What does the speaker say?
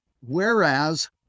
whereas